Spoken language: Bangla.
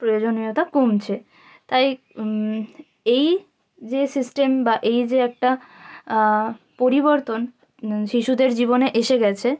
প্রয়োজনীয়তা কমছে তাই এই যে সিস্টেম বা এই যে একটা পরিবর্তন শিশুদের জীবনে এসে গেছে